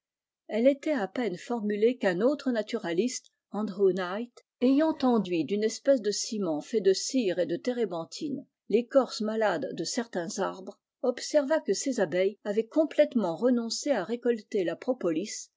elle était à peine formulée qu'un autre naturaliste andrew knight ayant enduit d'une espèce de ciment fait de cire et de térébenthine técorce malade de certains arbres observa que ses abeilles avaient complètement renoncé à récolter la propolis